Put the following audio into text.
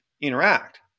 interact